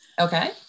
Okay